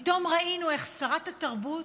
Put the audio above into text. פתאום ראינו איך שרת התרבות